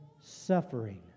suffering